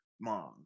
mom